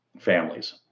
families